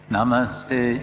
Namaste